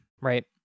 right